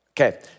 Okay